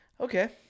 Okay